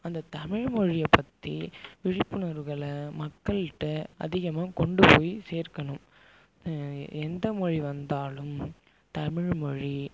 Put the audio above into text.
அந்தத் தமிழ்மொழியைப் பற்றி விழிப்புணர்வுகளை மக்கள்கிட்ட அதிகமாக கொண்டுபோய் சேர்க்கணும் எந்த மொழி வந்தாலும் தமிழ்மொழி